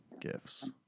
gifts